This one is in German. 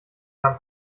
beim